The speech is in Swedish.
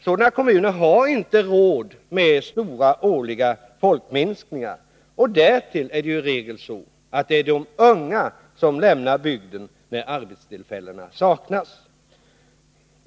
Sådana kommuner har inte råd med stora årliga folkminskningar, och därtill är det i regel de unga som lämnar bygden när arbetstillfällen saknas.